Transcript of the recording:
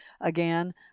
again